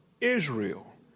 Israel